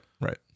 Right